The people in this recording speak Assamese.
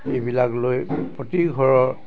এইবিলাক লৈ প্ৰতিঘৰৰ